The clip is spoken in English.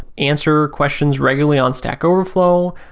answer questions regularly on stack overflow,